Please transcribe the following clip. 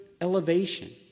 elevation